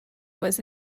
was